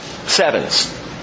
Sevens